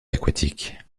aquatique